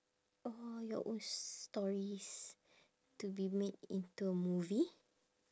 all your old stories to be made into a movie